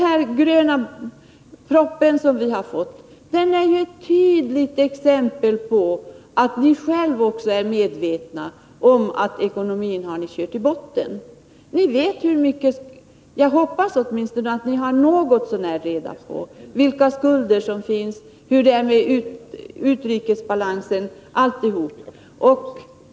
”Den gröna propen”, proposition nr 30, är ett tydligt exempel på att ni själva också är medvetna om att ni har kört ekonomin i botten. Jag hoppas att ni åtminstone har något så när reda på vilka skulder som finns, hur det är med utrikesbalansen osv.